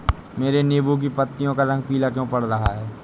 मेरे नींबू की पत्तियों का रंग पीला क्यो पड़ रहा है?